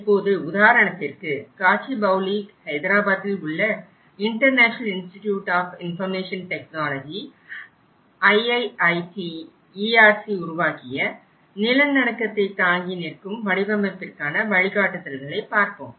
இப்போது உதாரணத்திற்கு காச்சிபௌலி ஹைதராபாத்தில் உள்ள international institute of information technology IIIT ERC உருவாக்கிய நிலநடுக்கத்தை தாங்கி நிற்கும் வடிவமைப்பிற்கான வழிகாட்டுதல்களை பார்ப்போம்